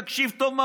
תקשיב טוב,